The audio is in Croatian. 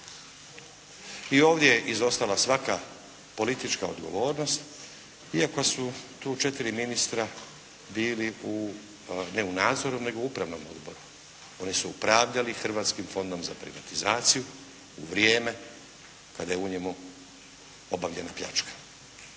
I ovdje je izostala svaka politička odgovornost iako su tu četiri ministra bili ne u nadzoru nego u upravnom odboru. Oni su upravljali Hrvatskim fondom za privatizaciju u vrijeme kada je u njemu obavljena pljačka.